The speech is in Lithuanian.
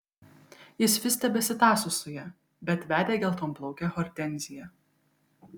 jis vis tebesitąso su ja bet vedė geltonplaukę hortenziją